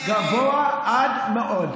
גבוה עד מאוד.